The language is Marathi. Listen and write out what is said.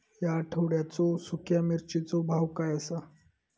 या आठवड्याचो सुख्या मिर्चीचो भाव काय आसा?